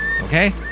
okay